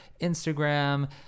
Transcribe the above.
Instagram